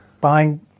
Buying